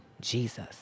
Jesus